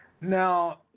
Now